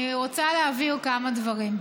אני רוצה להבהיר כמה דברים: